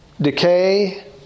decay